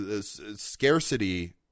scarcity